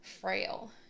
frail